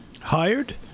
Hired